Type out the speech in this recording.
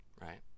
right